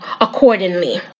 accordingly